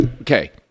okay